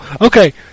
okay